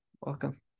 Welcome